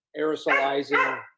aerosolizing